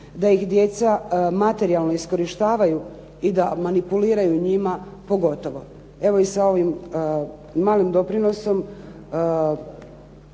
da ih djeca materijalno iskorištavaju i da manipuliraju njima pogotovo. Evo i sa ovim malim doprinosom